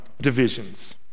divisions